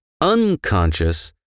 unconscious